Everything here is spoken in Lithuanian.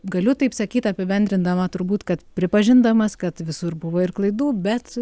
galiu taip sakyt apibendrindama turbūt kad pripažindamas kad visur buvo ir klaidų bet